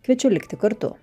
kviečiu likti kartu